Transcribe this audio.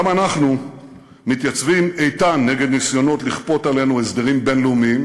גם אנחנו מתייצבים איתן נגד ניסיונות לכפות עלינו הסדרים בין-לאומיים